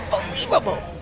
unbelievable